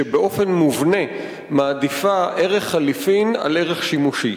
שבאופן מובנה מעדיפה ערך חליפין על ערך שימושי,